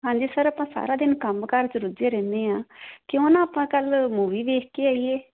ਹਾਂਜੀ ਸਰ ਆਪਾਂ ਸਾਰਾ ਦਿਨ ਕੰਮ ਕਾਰ 'ਚ ਰੁੱਝੇ ਰਹਿੰਦੇ ਹਾਂ ਕਿਉਂ ਨਾ ਆਪਾਂ ਕੱਲ੍ਹ ਮੂਵੀ ਵੇਖ ਕੇ ਆਈਏ